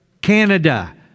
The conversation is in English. Canada